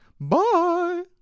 Bye